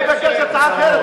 אני מבקש הצעה אחרת,